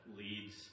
leads